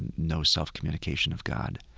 and no self-communication of god.